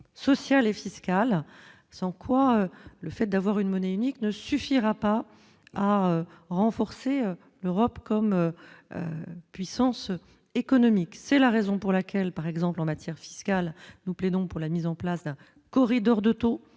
sociales et fiscales, sans quoi le fait d'avoir une monnaie unique ne suffira pas à renforcer l'Europe comme puissance économique, c'est la raison pour laquelle, par exemple en matière fiscale, nous plaidons pour la mise en place d'un corridor d'sur